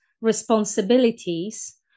responsibilities